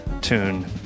tune